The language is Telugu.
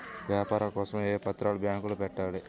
వ్యాపారం కోసం ఏ పత్రాలు బ్యాంక్లో పెట్టాలి?